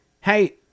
hey